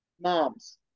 Moms